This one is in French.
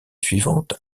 suivantes